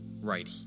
right